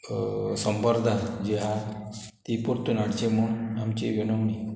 संपर्धा जे आहा ती पोरतून हाडची म्हूण आमची विनोवणी